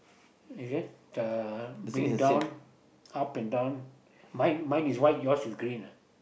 is it uh bring down up and down mine mine is white yours is green ah